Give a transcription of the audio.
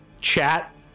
Chat